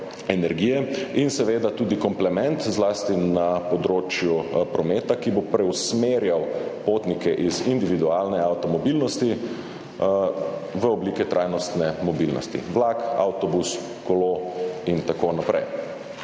in seveda tudi komplement zlasti na področju prometa, ki bo preusmerjal potnike iz individualne avtomobilnosti v oblike trajnostne mobilnosti – vlak, avtobus, kolo in tako naprej.